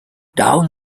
down